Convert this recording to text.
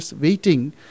waiting